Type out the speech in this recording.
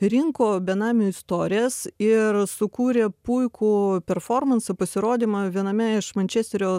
rinko benamių istorijas ir sukūrė puikų performansą pasirodymą viename iš mančesterio